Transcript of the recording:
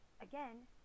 again